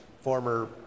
former